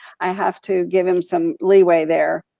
i have to give him some leeway there.